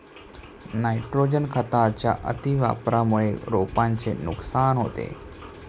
nitrogen खताच्या अतिवापरामुळे रोपांचे नुकसान होते